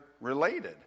related